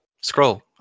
scroll